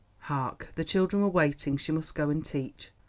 hark! the children were waiting she must go and teach.